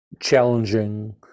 challenging